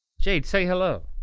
jade, say hello.